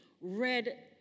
read